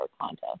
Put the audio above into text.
contest